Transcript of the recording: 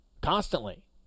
constantly